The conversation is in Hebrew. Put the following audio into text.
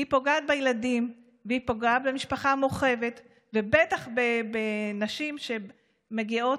פוגעת בילדים ופוגעת במשפחה המורחבת ובטח בנשים שמגיעות,